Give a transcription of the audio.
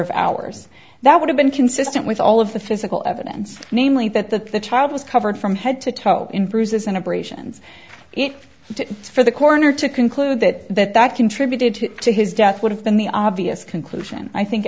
of hours that would have been consistent with all of the physical evidence namely that the child was covered from head to toe in bruises and abrasions it for the corner to conclude that that contributed to his death would have been the obvious conclusion i think